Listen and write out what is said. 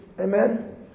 Amen